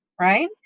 right